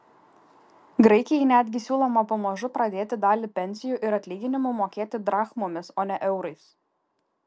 graikijai netgi siūloma pamažu pradėti dalį pensijų ir atlyginimų mokėti drachmomis o ne eurais